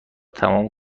تمام